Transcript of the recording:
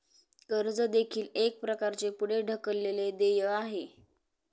कर्ज देखील एक प्रकारचे पुढे ढकललेले देय आहे